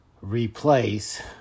replace